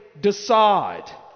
decide